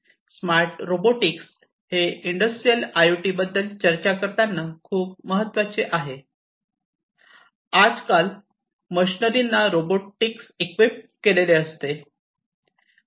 smart robotics हेइंडस्ट्रियल I O T बद्दल चर्चा करताना खूप महत्त्वाचे आहे आजकल मशनरी ना रोबोटिक्स इक्विप असते